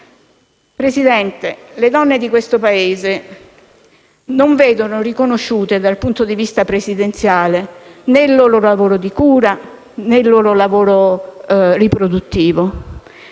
Presidente, le donne di questo Paese non vedono riconosciuti dal punto di vista previdenziale né il loro lavoro di cura né il loro lavoro riproduttivo.